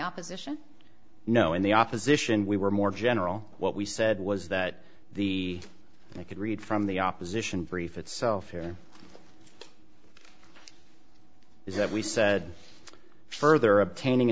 opposition no in the opposition we were more general what we said was that the i could read from the opposition brief itself here is that we said further obtaining